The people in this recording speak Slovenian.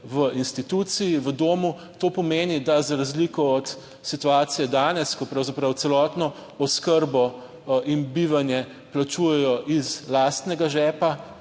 v instituciji, v domu. To pomeni, da za razliko od situacije danes, ko pravzaprav celotno oskrbo in bivanje plačujejo iz lastnega žepa,